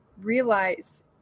realize